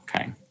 Okay